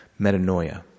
Metanoia